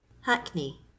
Hackney